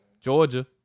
Georgia